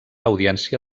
audiència